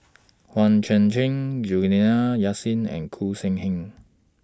Hang Chang Chieh Juliana Yasin and Khoo Sin Hian